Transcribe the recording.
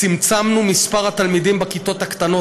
צמצמנו את מספר התלמידים בכיתות הקטנות,